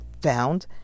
found